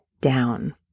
down